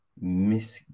Miss